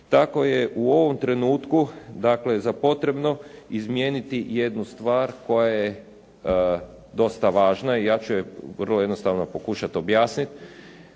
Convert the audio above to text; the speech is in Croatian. tako je u ovom trenutku dakle potrebno izmijeniti jednu stvar koja je dosta važna. I ja ću je vrlo jednostavno pokušat objasnit,